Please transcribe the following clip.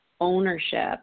ownership